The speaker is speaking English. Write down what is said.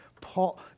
Paul